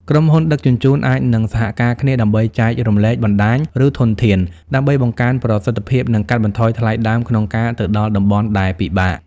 ក្រុមហ៊ុនដឹកជញ្ជូនអាចនឹងសហការគ្នាដើម្បីចែករំលែកបណ្តាញ ឬធនធាន ដើម្បីបង្កើនប្រសិទ្ធភាព និងកាត់បន្ថយថ្លៃដើមក្នុងការទៅដល់តំបន់ដែលពិបាក។